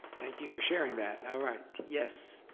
thank you for sharing that. all right, yes,